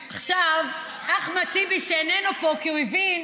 עכשיו, אחמד טיבי, שאיננו פה, כי הוא הבין,